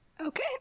Okay